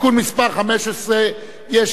15). יש רשות דיבור,